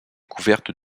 couvertes